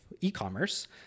e-commerce